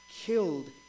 killed